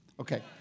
Okay